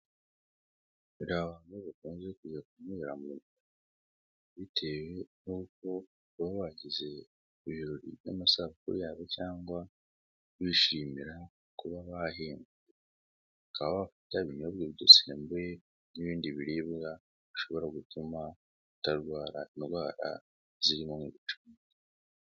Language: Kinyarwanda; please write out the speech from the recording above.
Hari abantu bakunze kuza kunyweramo bitewe n'uko baba bagizerori by'amasabukuru yabo cyangwa bishimira kuba bahembwe. Bya binyobwadusembuye n'ibindi biribwa bishobora gutuma utarwara indwara zirimo ibica.